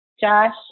Josh